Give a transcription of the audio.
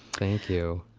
thank you.